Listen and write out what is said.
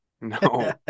No